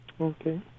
Okay